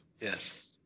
yes